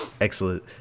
Excellent